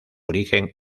origen